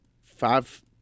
five